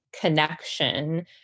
connection